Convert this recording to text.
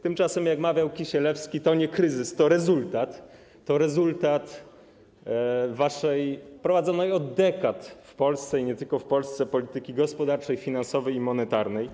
Tymczasem jak mawiał Kisielewski, to nie kryzys, to rezultat waszej - prowadzonej od dekad w Polsce i nie tylko w Polsce - polityki gospodarczej, finansowej i monetarnej.